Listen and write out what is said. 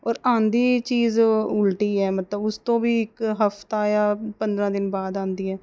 ਔਰ ਆਉਂਦੀ ਚੀਜ਼ ਉਲਟੀ ਹੈ ਮਤਲਬ ਉਸ ਤੋਂ ਵੀ ਇੱਕ ਹਫਤਾ ਜਾਂ ਪੰਦਰ੍ਹਾਂ ਦਿਨ ਬਾਅਦ ਆਉਂਦੀ ਹੈ